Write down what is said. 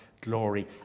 glory